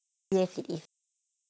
yes it is